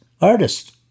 artist